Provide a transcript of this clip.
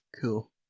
cool